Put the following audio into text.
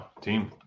team